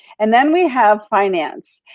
and then we have finance.